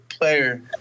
Player